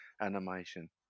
Animation